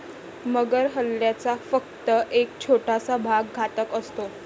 मगर हल्ल्याचा फक्त एक छोटासा भाग घातक असतो